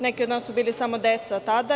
Neki od nas su bili samo deca tada.